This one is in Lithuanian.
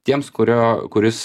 tiems kurio kuris